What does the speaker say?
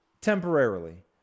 temporarily